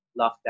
lockdown